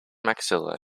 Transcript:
maxilla